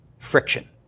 friction